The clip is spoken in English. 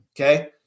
Okay